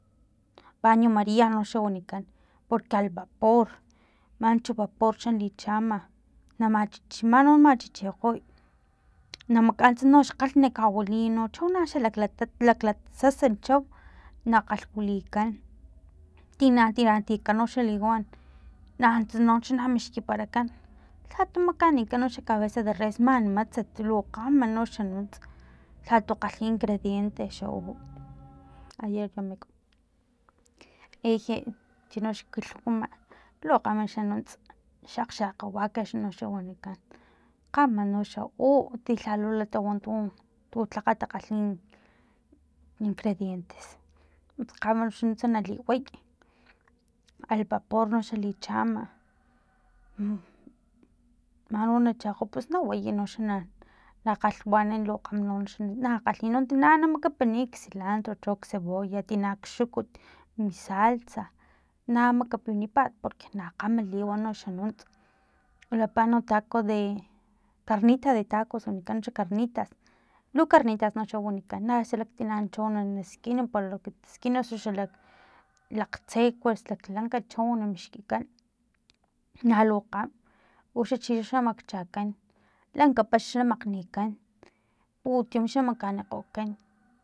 Bano maria noxa wanikan porque al vapor manchu vapor xa lichama na machi man no na machichikgoy na makaan xa xkgalh na wili cho xalaklatat laklasasa chau na kgalhwilikan tina tina tiakan xa liwan nanuntsa na mixkiparakan lhatu makanikan xa cabeza de res man matsat tu lu kgama noxa nunts lhatu kgalhi ingrediente xa olor ejie uno xa kilhuma lo kgama xa nunts xakgxakga wakax noxa wanikan kgama noxa u ti lhalulan tawa tu tlakga takgalhi ingredientes kgama noxa nuntsa liway al vapor noxa lichama mano nan chakgo pus nawaya noxa na kgalhwanana lo kgamanoxa no xa na kgalhi tina na makapiniy silantro cho cebolla tina xukut mi salsa na makapinipat porque na kgama liwan noxa nunts wilapa no taco de carnita de tacos wanikan xa carnitas lu carnitas xa wanikan na xalaktina cho naskin para naskin xalak lakgtse kuesa lanka chau na mixkikan na lo kgam uxa chixa makchakan lan ka paxn xa makgnikan putim xa makanikgokan